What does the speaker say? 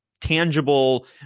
tangible